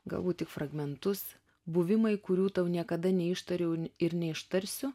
galbūt tik fragmentus buvimai kurių tau niekada neištariau ir neištarsiu